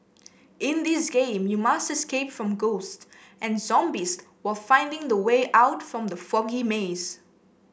in this game you must escape from ghost and zombies while finding the way out from the foggy maze